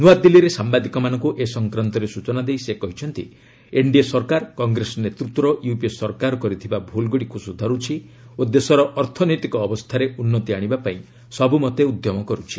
ନୂଆଦିଲ୍ଲୀରେ ସାମ୍ଭାଦିକମାନଙ୍କୁ ଏ ସଂକ୍ରାନ୍ତରେ ସୂଚନା ଦେଇ ସେ କହିଛନ୍ତି ଏନ୍ଡିଏ ସରକାର କଂଗ୍ରେସ ନେତୃତ୍ୱର ୟୁପିଏ ସରକାର କରିଥିବା ଭୁଲ୍ଗୁଡ଼ିକୁ ସୁଧାରୁଛି ଓ ଦେଶର ଅର୍ଥନୈତିକ ଅବସ୍ଥାରେ ଉନ୍ନତି ଆଶିବାପାଇଁ ସବୁମତେ ଉଦ୍ୟମ କରୁଛି